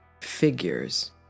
Figures